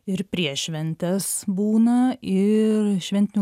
ir prieš šventes būna ir šventiniu